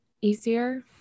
easier